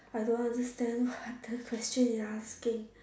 I don't understand the question you're asking